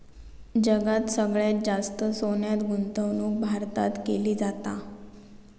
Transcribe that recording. जगात सगळ्यात जास्त सोन्यात गुंतवणूक भारतात केली जाता